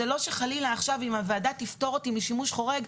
זה לא שחלילה עכשיו אם הוועדה תפטור אותי משימוש חורג,